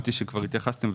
ששמעתי שכבר התייחסתם אליו,